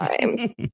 time